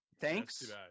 thanks